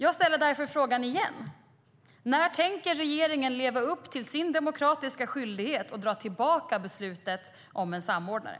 Jag ställer därför frågan igen: När tänker regeringen leva upp till sin demokratiska skyldighet och dra tillbaka beslutet om en samordnare?